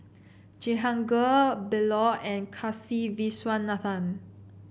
Jehangirr Bellur and Kasiviswanathan